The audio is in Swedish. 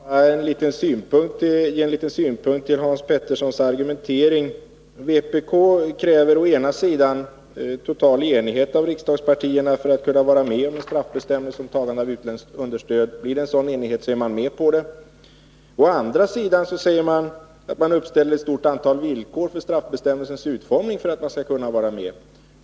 anläggningar Herr talman! Jag vill anföra en liten synpunkt med anledning av Hans mm.m. Vpk kräver å ena sidan total enighet hos riksdagspartierna för att kunna vara med om en straffbestämmelse för tagande av utländskt understöd. Blir det en sådan enighet, så är man med på det. Å andra sidan, säger Hans Petersson i Hallstahammar, ställer man upp ett stort antal villkor för straffbestämmelsens utformning för att man skall kunna vara med.